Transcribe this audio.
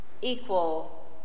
equal